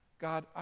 God